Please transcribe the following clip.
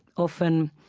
often